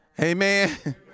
amen